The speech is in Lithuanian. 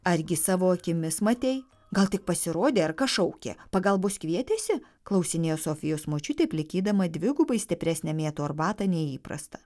argi savo akimis matei gal tik pasirodė ar kas šaukė pagalbos kvietėsi klausinėjo sofijos močiutė plikydama dvigubai stipresnę mėtų arbatą nei įprasta